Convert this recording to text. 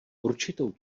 určitou